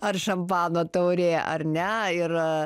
ar šampano taurė ar ne ir